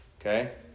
okay